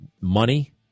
money